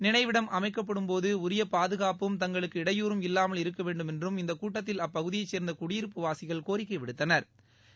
நினைவிடம் அமைக்கப்படும்போது உரிய பாதுகாப்பும் தங்களுக்கு இடையூறும் இல்லாமல் இருக்க வேண்டுமென்றும் இந்த கூட்டத்தில் அப்பகுதியைச் சேர்ந்த குடியிருப்புவாசிகள் கோரிக்கை விடுத்தனா்